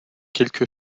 quelque